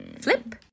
Flip